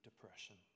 depression